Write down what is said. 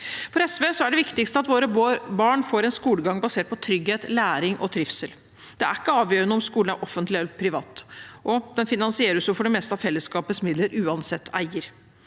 For SV er det viktigste at våre barn får en skolegang basert på trygghet, læring og trivsel. Det er ikke avgjørende om skolen er offentlig eller privat – den finansieres jo for det meste av fellesskapets midler, uansett eier